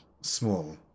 small